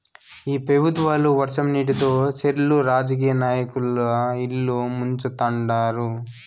ఈ పెబుత్వాలు వర్షం నీటితో సెర్లు రాజకీయ నాయకుల ఇల్లు ముంచుతండారు